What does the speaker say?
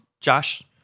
Josh